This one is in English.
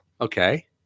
okay